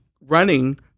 running